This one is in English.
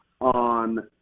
on